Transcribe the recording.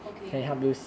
okay